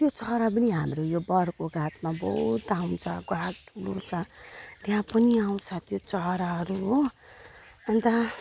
त्यो चरा पनि हाम्रो यहाँ बरको गाछमा बहुत आउँछ गाछ ठुलो छ त्यहाँ पनि आउँछ त्यो चराहरू हो अनि त